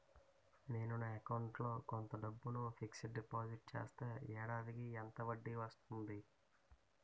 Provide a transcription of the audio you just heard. నేను నా అకౌంట్ లో కొంత డబ్బును ఫిక్సడ్ డెపోసిట్ చేస్తే ఏడాదికి ఎంత వడ్డీ వస్తుంది?